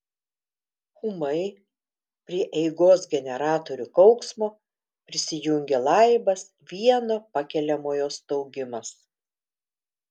ūmai prie eigos generatorių kauksmo prisijungė laibas vieno pakeliamojo staugimas